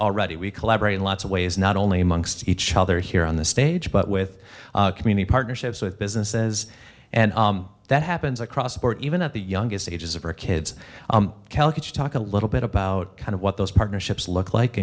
already we collaborate in lots of ways not only amongst each other here on the stage but with community partnerships with businesses and that happens across the board even at the youngest ages of our kids calicut you talk a little bit about kind of what those partnerships look like